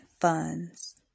funds